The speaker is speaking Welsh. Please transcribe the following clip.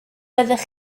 byddech